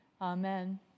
amen